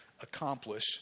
accomplish